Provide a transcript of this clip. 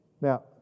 Now